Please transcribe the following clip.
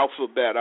alphabet